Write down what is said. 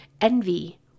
envy